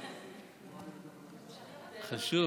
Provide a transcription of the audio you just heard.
זה חשוב.